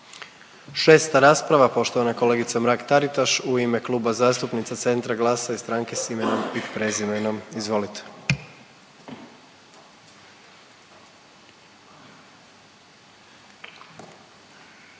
6. rasprava, poštovana kolegica Mrak-Taritaš u ime Kluba zastupnica Centra, GLAS-a i Stranke s imenom i prezimenom, izvolite.